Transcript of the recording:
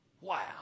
wow